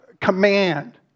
command